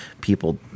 people